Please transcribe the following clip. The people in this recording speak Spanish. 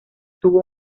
tuvo